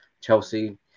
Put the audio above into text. Chelsea